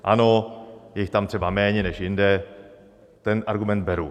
Ano, je jich tam třeba méně než jinde, ten argument beru.